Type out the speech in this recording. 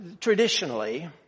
traditionally